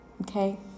Okay